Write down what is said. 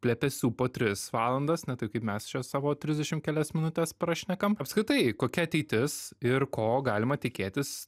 plepesių po tris valandas ne taip kaip mes čia savo trisdešimt kelias minutes prašnekam apskritai kokia ateitis ir ko galima tikėtis